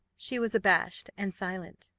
she was abashed and silent.